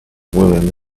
william